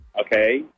Okay